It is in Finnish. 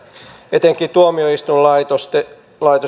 etenkin tuomioistuinlaitosten